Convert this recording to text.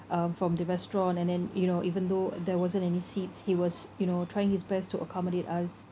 um from the restaurant and then you know even though there wasn't any seats he was you know trying his best to accommodate us